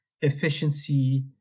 efficiency